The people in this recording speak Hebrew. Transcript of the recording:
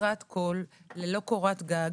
חסרת כול, ללא קורת גג,